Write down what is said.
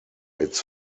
its